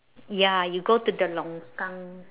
ya you go to the longkang